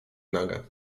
naga